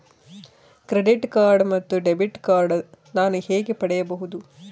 Credit card ಮತ್ತು debit card ನಾನು ಹೇಗೆ ಪಡೆಯಬಹುದು?